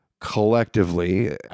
collectively